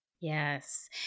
Yes